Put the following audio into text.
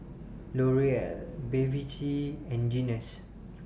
L'Oreal Bevy C and Guinness